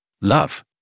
love